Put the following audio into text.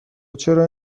چرا